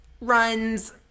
runs